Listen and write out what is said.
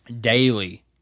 daily